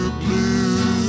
blue